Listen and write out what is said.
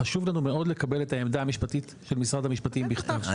חשוב לנו מאוד לקבל את העמדה המשפטית של משרד המשפטים בכתב.